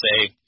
say